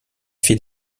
fait